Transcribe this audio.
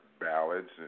ballads